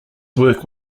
work